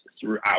throughout